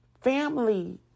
family